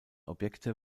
objekte